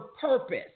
purpose